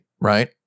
right